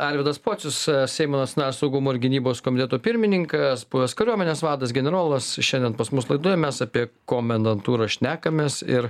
arvydas pocius seimo nacionalinio saugumo ir gynybos komiteto pirmininkas buvęs kariuomenės vadas generolas šiandien pas mus laidoje mes apie komendantūrą šnekamės ir